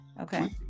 Okay